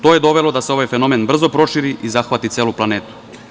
To je dovelo da se ovaj fenomen brzo proširi i zahvati celu planetu.